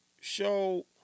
show